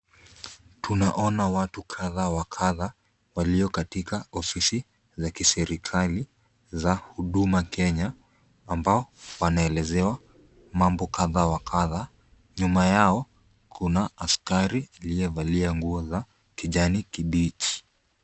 Tunaona watu kadha wa kadha wakiwa katika ofisi za kiserikali za Huduma Kenya ambao wanaelezewa mambo kadha wa kadha. Nyuma yao kuna askari aliyevalia nguo za kijani kibichi.